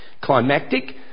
Climactic